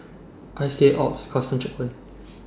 I C Alps Custom Checkpoint